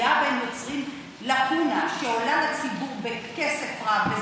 היה והם יוצרים לקונה שעולה לציבור בכסף רב,